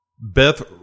Beth